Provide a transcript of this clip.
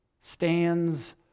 stands